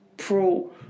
pro